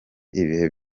ibihe